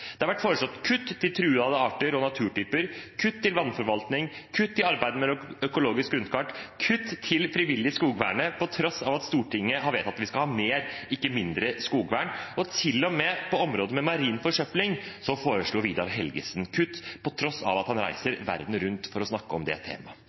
Det har vært foreslått kutt til truede arter og naturtyper, kutt til vannforvaltning, kutt til arbeidet med økologisk grunnkart og kutt til frivillig skogvern – til tross for at Stortinget har vedtatt at vi skal ha mer, ikke mindre, skogvern. Til og med på områder som gjelder marin forsøpling, foreslo Vidar Helgesen kutt, på tross av at han